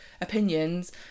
opinions